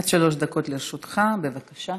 עד שלוש דקות לרשותך, בבקשה.